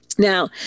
Now